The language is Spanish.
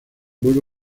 vuelve